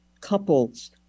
couples